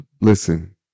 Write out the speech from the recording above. Listen